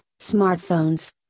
smartphones